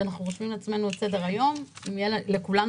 כשאנחנו רושמים לעצמנו את סדר היום שיהיה לכולנו